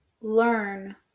learn